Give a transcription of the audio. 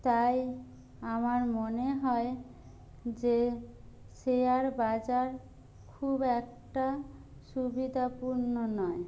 তাই আমার মনে হয় যে শেয়ার বাজার খুব একটা সুবিধাপূণ্য নয়